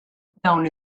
dawn